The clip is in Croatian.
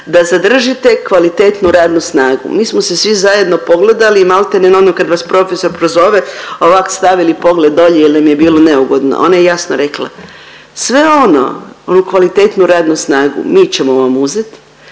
da zadržite kvalitetnu radnu snagu. Mi smo se svi zajedno pogledali i maltene ono kad vas profesor pozove, ovak stavili pogled dolje jer nam je bilo neugodno. Ona je jasno rekla sve ono, onu kvalitetnu radnu snagu mi ćemo vam uzet